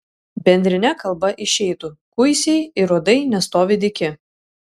bendrine kalba išeitų kuisiai ir uodai nestovi dyki